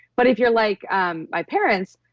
but if you're like um my parents,